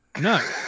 No